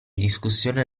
discussione